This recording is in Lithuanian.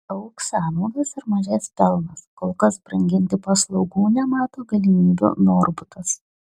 augs sąnaudos ir mažės pelnas kol kas branginti paslaugų nemato galimybių norbutas